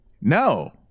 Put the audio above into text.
no